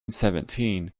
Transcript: seventeen